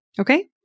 Okay